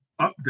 update